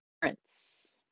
Prince